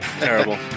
terrible